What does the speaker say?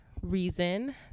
reason